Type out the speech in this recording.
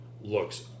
looks